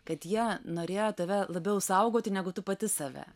kad jie norėjo tave labiau saugoti negu tu pati save